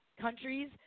countries